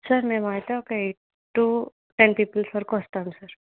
sir మేమైతే ఒక eight two ten peoples వరకు వస్తాం సార్